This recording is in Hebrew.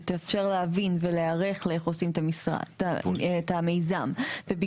שתאפשר להבין איך עושים את המיזם ולהיערך אליו,